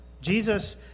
Jesus